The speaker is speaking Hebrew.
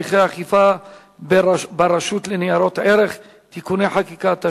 הליכי האכיפה ברשות לניירות ערך (תיקוני חקיקה),